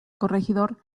corregidor